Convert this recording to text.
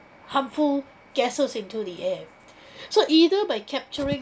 harmful gases into the air so either by capturing